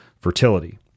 fertility